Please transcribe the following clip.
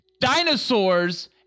dinosaurs